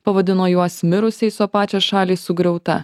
pavadino juos mirusiais o pačią šalį sugriauta